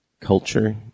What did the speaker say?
culture